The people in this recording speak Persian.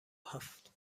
هفت